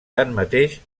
tanmateix